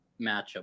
matchup